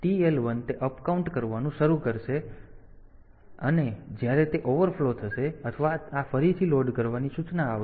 તેથી TL1 તે upcount કરવાનું શરૂ કરશે અને જ્યારે તે ઓવરફ્લો થશે ત્યારે આ TF1 બીટ સેટ થશે અને આ રીલોડ પણ TH 1 ને આપવામાં આવશે